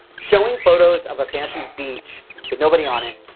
showing photos of a fancy beach with nobody on it,